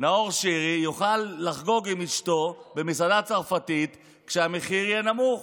נאור שירי יוכל לחגוג עם אשתו במסעדה צרפתית כשהמחיר יהיה נמוך.